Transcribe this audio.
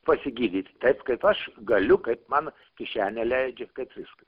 pasigydyt taip kaip aš galiu kaip man kišenė leidžia kaip viskas